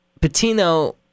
Patino